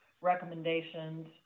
recommendations